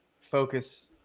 focus